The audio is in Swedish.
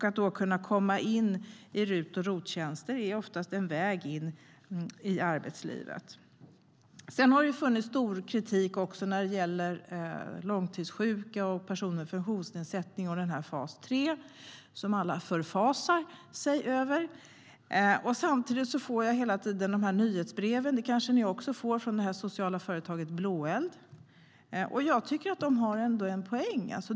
Att då kunna få utföra RUT och ROT-tjänster är oftast en väg in i arbetslivet. Det har funnits stor kritik också när det gäller långtidssjuka och personer med funktionsnedsättningar. Fas 3 förfasar alla sig över. Samtidigt får jag hela tiden nyhetsbrev från det sociala företaget Blåeld. Det kanske ni också får. Jag tycker att de ändå har en poäng.